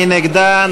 מי נגדה?